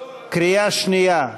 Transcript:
קריאה שנייה,